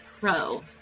Pro